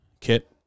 kit